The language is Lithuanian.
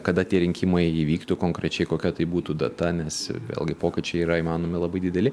kada tie rinkimai įvyktų konkrečiai kokia tai būtų data nes vėlgi pokyčiai yra įmanomi labai dideli